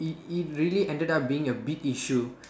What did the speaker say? it it really ended up being a big issue